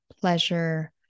pleasure